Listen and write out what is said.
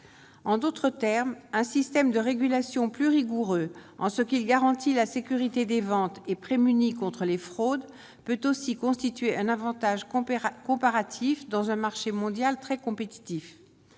en d'autres termes, un système de régulation plus rigoureux en ce qui garantit la sécurité des ventes et prémuni contre les fraudes peut aussi constituer un Avantage on comparatif dans un marché mondial très compétitif,